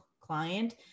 client